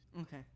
Okay